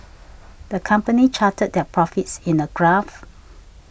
the company charted their profits in a graph